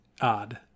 odd